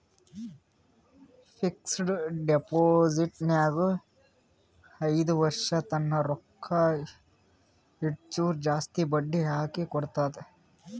fixed deposit ನಾಗ್ ಐಯ್ದ ವರ್ಷ ತನ್ನ ರೊಕ್ಕಾ ಇಟ್ಟುರ್ ಜಾಸ್ತಿ ಬಡ್ಡಿ ಹಾಕಿ ಕೊಡ್ತಾರ್